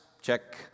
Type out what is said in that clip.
check